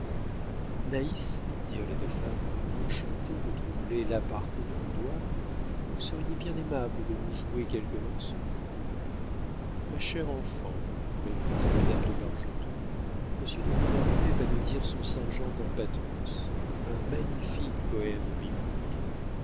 naïs dirent les deux femmes enchantées de troubler l'à parte du boudoir vous seriez bien aimable de nous jouer quelque morceau ma chère enfant répondit madame de bargeton monsieur de rubempré va nous dire son saint jean dans pathmos un magnifique poème biblique